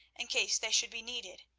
in case they should be needed,